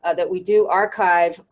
ah that we do archives,